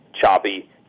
choppy